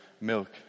milk